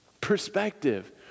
Perspective